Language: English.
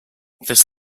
this